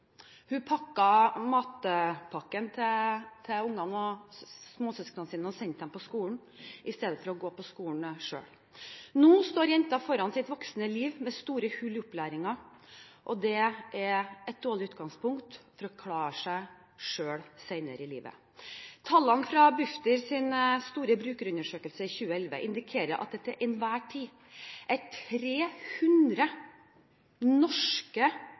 sine og sendte dem på skolen, istedenfor å gå på skolen selv. Nå står jenta foran sitt voksne liv med store hull i opplæringen. Det er et dårlig utgangspunkt for å klare seg selv senere i livet. Tallene fra Bufdirs store brukerundersøkelse i 2011 indikerer at det til enhver tid er 300 norske